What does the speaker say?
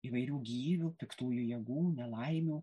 įvairių gyvių piktųjų jėgų nelaimių